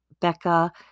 Becca